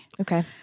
Okay